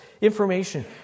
information